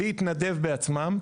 להתנדב בעצמם.